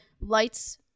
lights